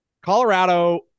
Colorado